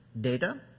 data